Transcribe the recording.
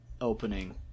Opening